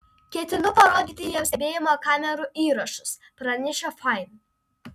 ketinu parodyti jiems stebėjimo kamerų įrašus pranešė fain